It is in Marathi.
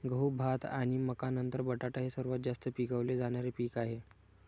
गहू, भात आणि मका नंतर बटाटा हे सर्वात जास्त पिकवले जाणारे पीक आहे